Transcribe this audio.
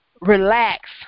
relax